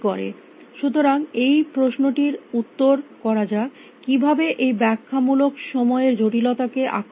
সুতরাং এই প্রশ্নটির উত্তর করা যাক কিভাবে এই ব্যাখ্যা মূলক সময়ের জটিলতাকে আক্রমণ করা যায়